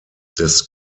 des